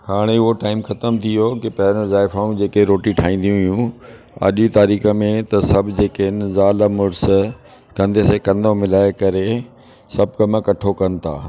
हाणे उहो टाइम खतम थी वियो की पहिरों ज़ाइफा जेकि हुइयूं रोटी ठाहींदियूं हुइयूं अॼु जी तारीख़ में त सभु जेके इन ज़ाल मुड़ुस कंधे से कंधो मिलाइ करे सभु कमु इकठो कनि था